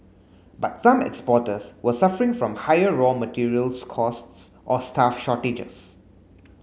but some exporters were suffering from higher raw materials costs or staff shortages